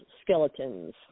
skeletons